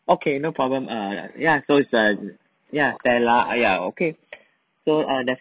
okay no problem err ya so she's err ya stella err ya okay so err that's